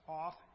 off